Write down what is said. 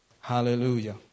Hallelujah